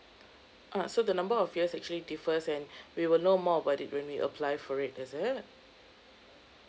ah so the number of years actually differs and we will know more about it when we apply for it is it